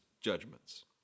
judgments